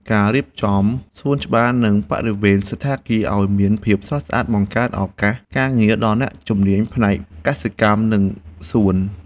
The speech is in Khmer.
ការរៀបចំសួនច្បារ និងបរិវេណសណ្ឋាគារឱ្យមានភាពស្រស់ស្អាតបង្កើតឱកាសការងារដល់អ្នកជំនាញផ្នែកកសិកម្ម និងសួន។